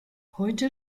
heute